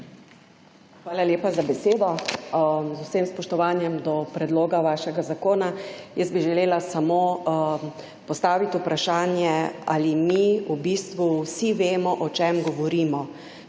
Hvala lepa za besedo. Z vsem spoštovanjem do predloga vašega zakona. Jaz bi želela samo postaviti vprašanje, ali mi v bistvu vsi vemo, o čem govorimo,